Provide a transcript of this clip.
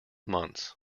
months